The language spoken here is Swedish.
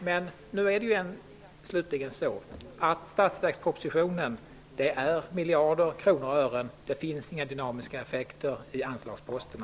Men nu är det slutligen så att statsverkspropositionen handlar om miljarder kronor och ören; det finns inga dynamiska effekter i anslagsposterna.